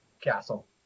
castle